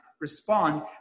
respond